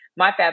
MyFab